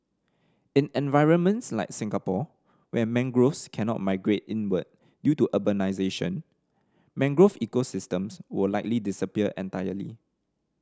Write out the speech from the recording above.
in environments like Singapore where mangroves cannot migrate inward due to urbanisation mangrove ecosystems will likely disappear entirely